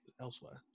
elsewhere